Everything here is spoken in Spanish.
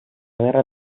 guerra